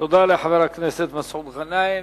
תודה לחבר הכנסת מסעוד גנאים.